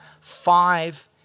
five